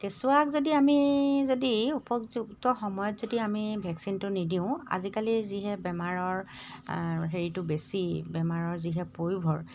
কেঁচুৱাক যদি আমি যদি উপযুক্ত সময়ত যদি আমি ভেকচিনটো নিদিওঁ আজিকালি যিহে বেমাৰৰ হেৰিটো বেছি বেমাৰৰ যিহে পয়োভৰ